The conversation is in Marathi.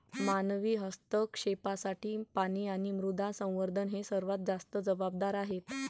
मानवी हस्तक्षेपासाठी पाणी आणि मृदा संवर्धन हे सर्वात जास्त जबाबदार आहेत